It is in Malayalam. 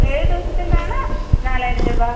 ഏഴ് ദിവസത്തിനാണോ നാലായിരം രൂപ